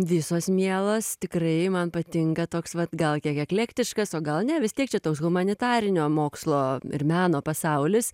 visos mielos tikrai man patinka toks vat gal kiek eklektiškas o gal ne vis tiek čia toks humanitarinio mokslo ir meno pasaulis